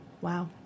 Wow